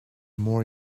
more